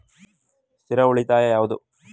ಸ್ಥಿರ ಉಳಿತಾಯ ಯಾವುದು?